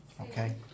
Okay